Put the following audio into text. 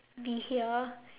be here